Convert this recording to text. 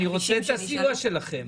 אני רוצה את הסיוע שלכם,